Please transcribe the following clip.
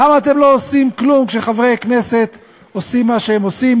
למה אתם לא עושים כלום כשחברי כנסת עושים מה שהם עושים,